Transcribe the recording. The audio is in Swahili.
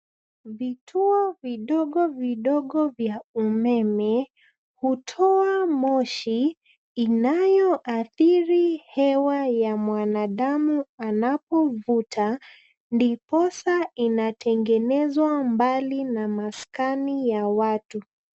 Kituo vidogo vidogo vya umeme kutoa moshi inayoadhiri hewa ya mwanadamu anapovuta ndiposa inategenezwa mbali na masikani ya watu.